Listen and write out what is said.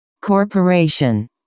Corporation